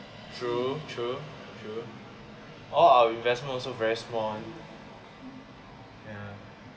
true true true all our investment also very small [one]